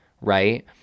right